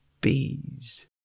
bees